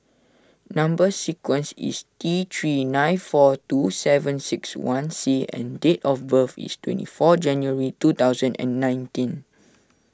Number Sequence is T three nine four two seven six one C and date of birth is twenty four January two thousand and nineteen